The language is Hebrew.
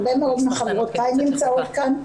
הרבה מאוד מחברותיי נמצאות כאן.